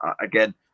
again